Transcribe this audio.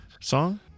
song